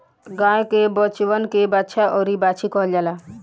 गाय के बचवन के बाछा अउरी बाछी कहल जाला